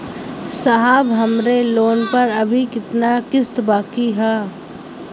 साहब हमरे लोन पर अभी कितना किस्त बाकी ह?